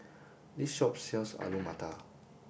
this shop sells Alu Matar